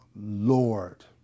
Lord